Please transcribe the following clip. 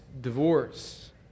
divorce